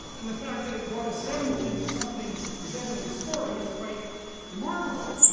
and the fact that it got assembled into something resembling a story is quite remarkable.